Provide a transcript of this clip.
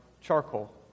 charcoal